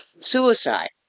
suicide